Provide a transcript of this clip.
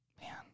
Man